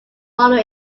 follow